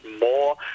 more